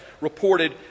reported